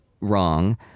wrong